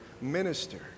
minister